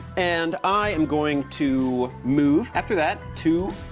and i am going to move, after that, to